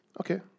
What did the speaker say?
Okay